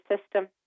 system